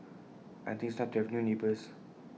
I think that's nice to have new neighbours